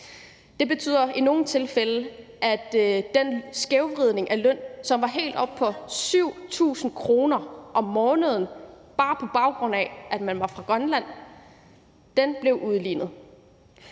Det betyder i nogle tilfælde, at den skævvridning af lønnen, som var helt oppe på 7.000 kr. om måneden, alene med baggrund i at man var fra Grønland, blev udlignet.